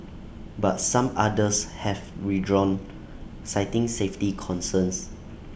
but some others have withdrawn citing safety concerns